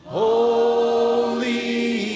holy